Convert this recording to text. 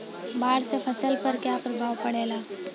बाढ़ से फसल पर क्या प्रभाव पड़ेला?